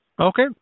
Okay